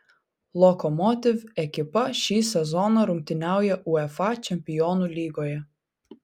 lokomotiv ekipa šį sezoną rungtyniauja uefa čempionų lygoje